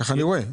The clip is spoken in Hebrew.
כך אני רואה.